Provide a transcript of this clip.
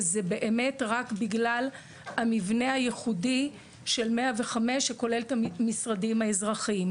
וזה באמת רק בגלל המבנה הייחודי של 105 שכולל את המשרדים האזרחיים.